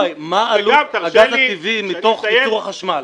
מר גבאי, מה עלות הגז הטבעי מתוך ייצור החשמל?